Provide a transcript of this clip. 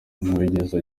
ntawigeze